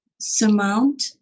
surmount